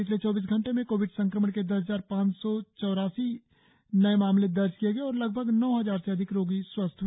पिछले चौबीस घंटे में कोविड संक्रमण के दस हजार पांच सौ चौरासी नए मामले दर्ज किए और लगभग नौ हजार से अधिक रोगी स्वस्थ हु